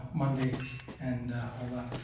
monday and all that.